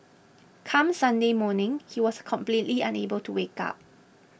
come Sunday morning he was completely unable to wake up